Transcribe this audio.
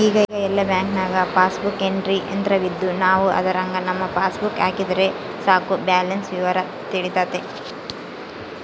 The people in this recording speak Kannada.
ಈಗ ಎಲ್ಲ ಬ್ಯಾಂಕ್ನಾಗ ಪಾಸ್ಬುಕ್ ಎಂಟ್ರಿ ಯಂತ್ರವಿದ್ದು ನಾವು ಅದರಾಗ ನಮ್ಮ ಪಾಸ್ಬುಕ್ ಹಾಕಿದರೆ ಸಾಕು ಬ್ಯಾಲೆನ್ಸ್ ವಿವರ ತಿಳಿತತೆ